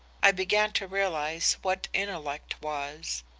i began to realize what intellect was.